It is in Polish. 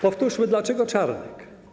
Powtórzmy, dlaczego Czarnek.